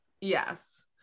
yes